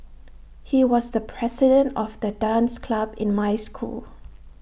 he was the president of the dance club in my school